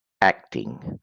acting